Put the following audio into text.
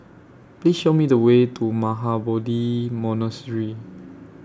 Please Show Me The Way to Mahabodhi Monastery